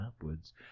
upwards